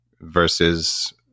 versus